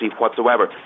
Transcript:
whatsoever